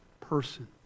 person